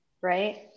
Right